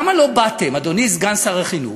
למה לא באתם, אדוני סגן שר החינוך,